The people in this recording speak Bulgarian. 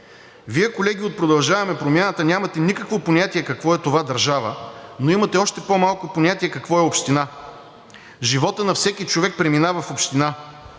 Вие, колеги от „Продължаваме Промяната“, нямате никакво понятие какво е това държава, но имате още по-малко понятие какво е община! Животът на всеки човек преминава в община